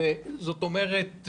זאת אומרת,